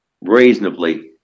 reasonably